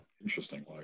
interesting